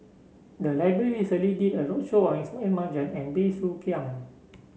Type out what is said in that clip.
the library recently did a roadshow on Ismail Marjan and Bey Soo Khiang